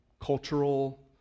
cultural